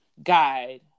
Guide